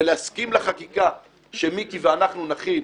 ולהסכים את החקיקה שמיקי ואנחנו נכין,